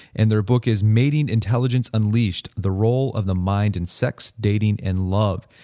and their book is mating intelligence unleashed the role of the mind in sex, dating, and love.